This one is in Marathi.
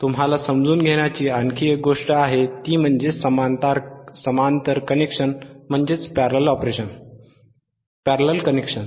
तुम्हाला समजून घेण्याची आणखी एक गोष्ट आहे ती म्हणजे समांतर कनेक्शन